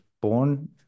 born